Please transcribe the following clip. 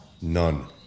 None